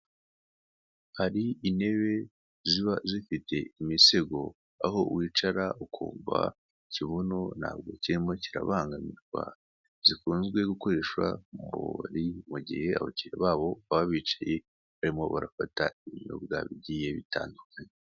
Hari intebe ziba zifite imisego, aho wicara ukumva ikibuno ntabwo kirimo kirabangamirwa, zikunzwe gukoreshwa mu bubari mu gihe abakiriya babo baba bicaye barimo barafata ibinyobwa bigiye bitandukanye.